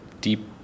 deep